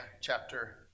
chapter